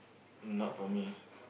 not for me